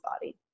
body